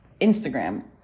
Instagram